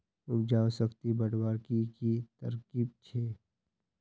उपजाऊ शक्ति बढ़वार की की तरकीब छे?